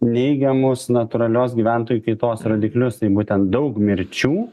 neigiamos natūralios gyventojų kaitos rodiklius būtent daug mirčių